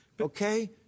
Okay